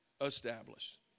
established